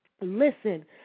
Listen